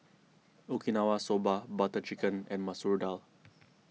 Okinawa Soba Butter Chicken and Masoor Dal